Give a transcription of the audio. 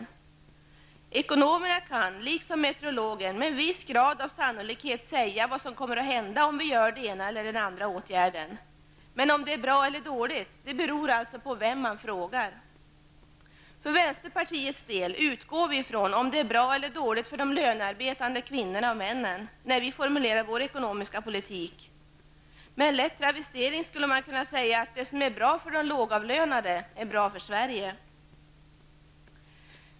Ekonomen kan liksom meteorologen med en viss grad av sannolikhet säga vad som kommer att hända om den ena eller den andra åtgärden vidtas. Men om det är bra eller dåligt beror alltså vem man frågar. När vi i vänsterpartiet formulerar vår ekonomiska politik, utgår vi ifrån det som är bra eller dåligt för de lönearbetande kvinnorna och männen. Med en lätt travestering skulle man kunna säga att det som är bra för de lågavlönade är bra för Sverige.